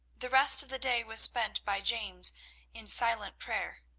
the rest of the day was spent by james in silent prayer,